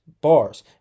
Bars